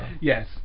Yes